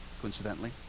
coincidentally